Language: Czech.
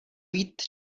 být